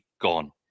gone